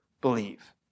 believe